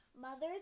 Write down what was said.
Mothers